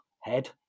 head